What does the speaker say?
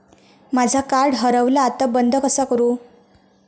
माझा कार्ड हरवला आता बंद कसा करू?